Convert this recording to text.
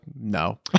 no